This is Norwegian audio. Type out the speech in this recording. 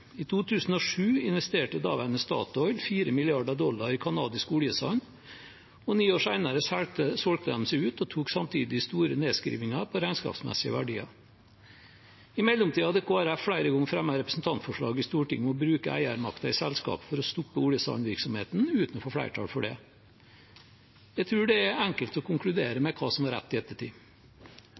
I 2007 investerte daværende Statoil 4 mrd. dollar i kanadisk oljesand, og ni år senere solgte de seg ut og tok samtidig store nedskrivninger på regnskapsmessige verdier. I mellomtiden hadde Kristelig Folkeparti flere ganger fremmet representantforslag i Stortinget om å bruke eiermakten i selskapet for å stoppe oljesandvirksomheten, uten å få flertall for det. Jeg tror det er enkelt å konkludere med hva som var rett, i ettertid.